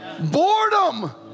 Boredom